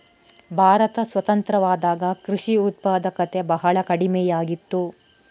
ಭಾರತ ಸ್ವತಂತ್ರವಾದಾಗ ಕೃಷಿ ಉತ್ಪಾದಕತೆ ಬಹಳ ಕಡಿಮೆಯಾಗಿತ್ತು